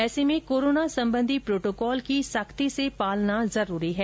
ऐसे में कोरोना संबंधी प्रोटोकॉल की सख्ती से पालना जरूरी है